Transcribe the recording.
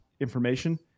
information